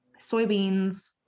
soybeans